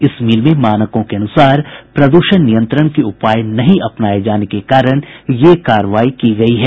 इस मिल में मानकों के अनुसार प्रद्रषण नियंत्रण के उपाय नहीं अपनाये जाने के कारण यह कार्रवाई की गयी है